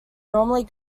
normally